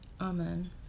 Amen